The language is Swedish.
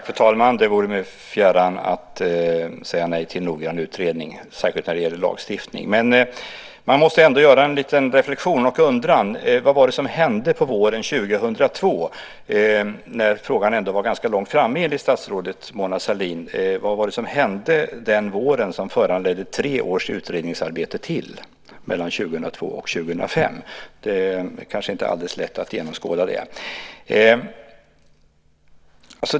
Fru talman! Det vore mig fjärran att säga nej till en noggrann utredning, särskilt när det gäller lagstiftning. Men man måste ändå göra en liten reflexion och undra vad det var som hände på våren 2002 när frågan ändå var ganska långt framme enligt statsrådet Mona Sahlin. Vad var det som hände den våren som föranledde tre års utredningsarbete till mellan 2002 och 2005? Det är inte alldeles lätt att genomskåda det.